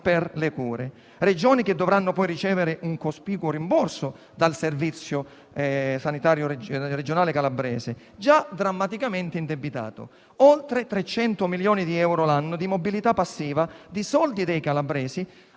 ad altre Regioni che dovranno poi ricevere un cospicuo rimborso dal Servizio sanitario regionale calabrese, già drammaticamente indebitato. Si tratta di oltre 300 milioni di euro l'anno di mobilità passiva di soldi dei calabresi